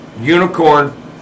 unicorn